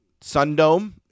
Sundome